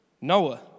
Noah